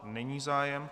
Není zájem.